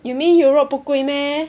you mean Europe 不贵 meh